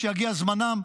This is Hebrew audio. כשיגיע זמנם,